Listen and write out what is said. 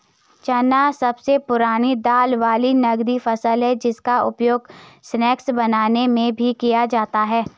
चना सबसे पुरानी दाल वाली नगदी फसल है जिसका उपयोग स्नैक्स बनाने में भी किया जाता है